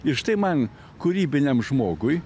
ir štai man kūrybiniam žmogui